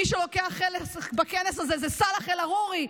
מי שלוקח חלק בכנס הזה הוא סלאח אל-עארורי,